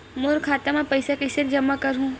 मोर खाता म पईसा कइसे जमा करहु?